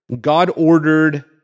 God-ordered